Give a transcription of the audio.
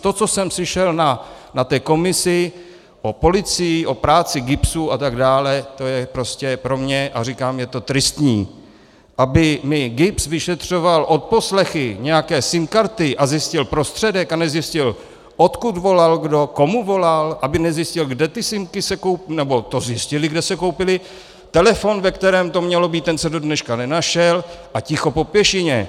To, co jsem slyšel na té komisi o policii, o práci GIBSu atd., to je prostě pro mě a říkám, je to tristní, aby mi GIBS vyšetřoval odposlechy nějaké SIM karty a zjistil prostředek a nezjistil, odkud volal kdo, komu volal, aby nezjistil, kde ty simky se koupily, nebo to zjistili, kde se koupily, telefon, ve kterém to mělo být, ten se do dneška nenašel, a ticho po pěšině.